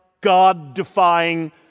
God-defying